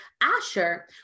Asher